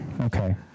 okay